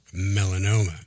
melanoma